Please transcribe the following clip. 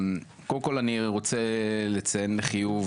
קודם כל אני רוצה לציין לחיוב.